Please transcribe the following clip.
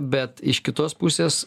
bet iš kitos pusės